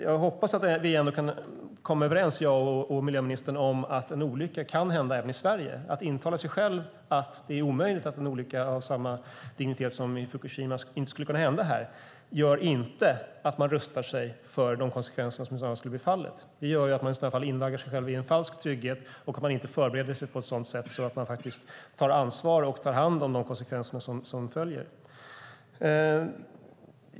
Jag hoppas att vi ändå kan komma överens, jag och miljöministern, om att en olycka kan inträffa även i Sverige. Att intala sig själv att det är omöjligt att en olycka av samma dignitet som i Fukushima skulle kunna inträffa här gör att man inte rustar sig för de konsekvenser som i sådana fall skulle kunna bli fallet. Det gör att man invaggar sig själv i en falsk trygghet och att man inte förbereder sig på ett sådant sätt att man faktiskt tar ansvar för och tar hand om de konsekvenser som följer.